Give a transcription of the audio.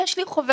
'יש לי חוברת',